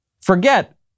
Forget